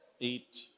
eight